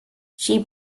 she